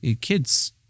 kids